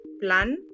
plan